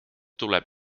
tuleb